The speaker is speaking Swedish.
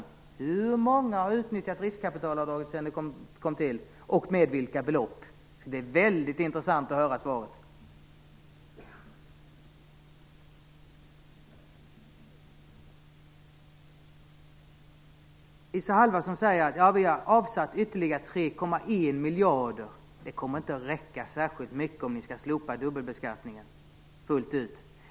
Alltså: Hur många har utnyttjat riskkapitalavdraget sedan det kom till och med vilka belopp? Det skall bli väldigt intressant att höra svaret. Isa Halvarsson säger: Vi har avsatt ytterligare Det kommer inte att räcka särskilt långt om ni skall slopa dubbelbeskattningen fullt ut.